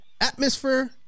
Atmosphere